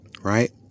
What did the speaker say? Right